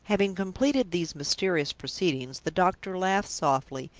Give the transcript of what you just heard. having completed these mysterious proceedings, the doctor laughed softly,